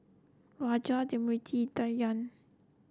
Raja Smriti Dhyan